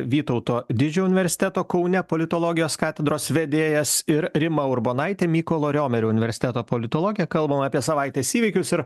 vytauto didžiojo universiteto kaune politologijos katedros vedėjas ir rima urbonaitė mykolo riomerio universiteto politologė kalbam apie savaitės įvykius ir